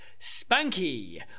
Spanky